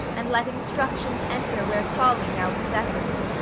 and let instructions enter where folly now possesses?